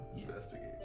investigate